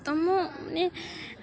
ଆଉ ମୁଁ ମାନେ